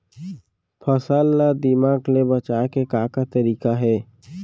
फसल ला दीमक ले बचाये के का का तरीका हे?